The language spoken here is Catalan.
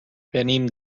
venim